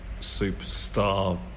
superstar